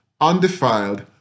undefiled